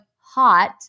hot